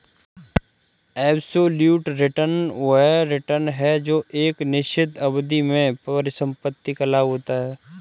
absolute return वह return है जो एक निश्चित अवधि में परिसंपत्ति का लाभ होता है